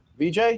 VJ